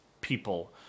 people